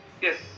Yes